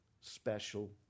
special